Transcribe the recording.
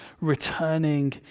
returning